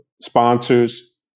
sponsors